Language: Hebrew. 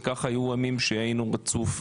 וכך היו ימים שהיינו ברציפות,